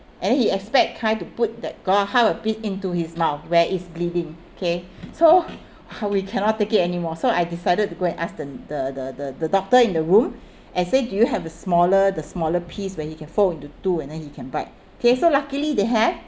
and then he expect kai to put that gauze half a piece into his mouth where it's bleeding okay so we cannot take it anymore so I decided to go and ask the the the the the doctor in the room and say do you have a smaller the smaller piece where he can fold into two and then he can bite okay so luckily they have